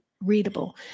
readable